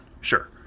Sure